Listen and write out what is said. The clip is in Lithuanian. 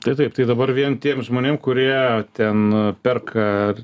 tai taip tai dabar vien tiem žmonėm kurie ten perka